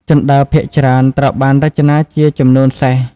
ជណ្តើរភាគច្រើន ត្រូវបានរចនាជាចំនួនសេស។